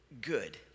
good